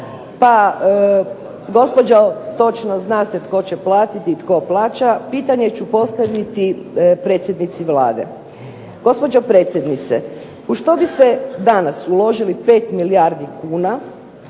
Pa gospođo točno zna se tko će platiti i tko plaća. Pitanje ću postaviti predsjednici Vlade. Gospođo predsjednice u što bi se danas uložili 5 milijardi kuna